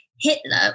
Hitler